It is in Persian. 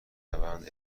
روند